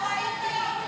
לא ראיתי.